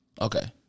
Okay